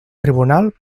tribunal